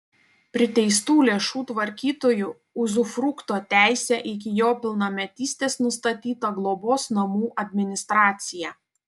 priteistų lėšų tvarkytoju uzufrukto teise iki jo pilnametystės nustatyta globos namų administracija